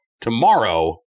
tomorrow